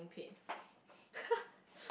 paid